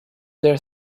their